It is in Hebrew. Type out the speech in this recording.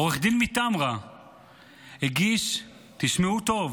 עורך דין מטמרה הגיש, תשמעו טוב,